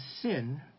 sin